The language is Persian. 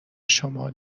شما